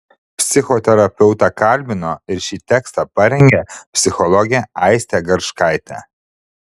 psichoterapeutą kalbino ir šį tekstą parengė psichologė aistė garškaitė